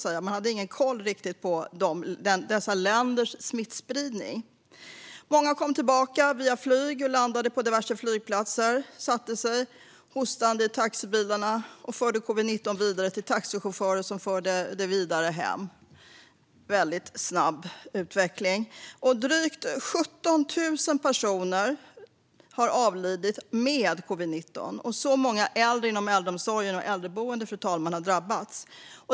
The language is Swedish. Man hade ingen riktig koll på smittspridningen i dessa länder. Många kom tillbaka via flyg och landade på diverse flygplatser, satte sig hostande i taxibilarna och förde covid-19 vidare till taxichaufförer som förde det vidare hem. Det var en väldigt snabb utveckling. Fru talman! Drygt 17 000 har avlidit med covid-19, och det är så många äldre och personer på äldreboenden som har drabbats.